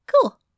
Cool